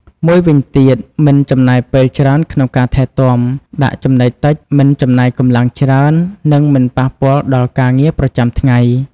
មួយវិញទៀត មិនចំណាយពេលច្រើនក្នុងការថែទាំ ដាក់ចំណីតិច មិនចំណាយកម្លាំងច្រើន និងមិនប៉ះពាល់ដល់ការងារប្រចាំថ្ងៃ។